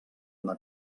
una